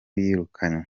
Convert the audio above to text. yirukanywe